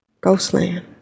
Ghostland